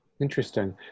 Interesting